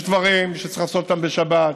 יש דברים שצריך לעשות בשבת,